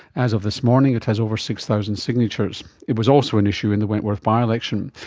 as of this morning it has over six thousand signatures. it was also an issue in the wentworth by-election.